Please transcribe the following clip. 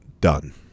done